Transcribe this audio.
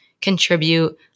contribute